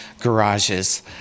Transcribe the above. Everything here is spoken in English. garages